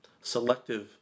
selective